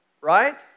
Right